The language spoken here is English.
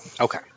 okay